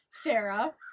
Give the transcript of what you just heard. Sarah